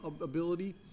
ability